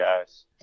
guys